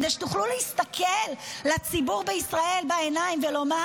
כדי שתוכלו להסתכל לציבור בישראל בעיניים ולומר: